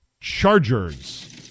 Chargers